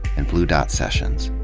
and blue dot sessions.